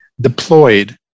deployed